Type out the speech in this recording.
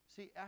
See